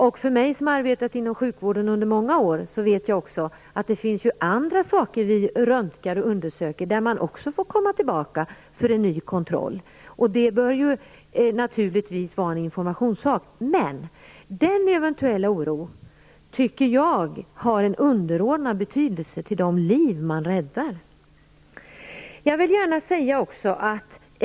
Jag har arbetat inom sjukvården under många år, och jag vet att det kan finnas andra saker vid röntgenundersökningar som gör att man behöver komma tillbaka för en ny kontroll. Det är naturligtvis en informationssak. Men den eventuella oron har, tycker jag, en underordnad betydelse i förhållande till de liv som räddas.